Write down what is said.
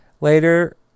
Later